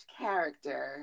character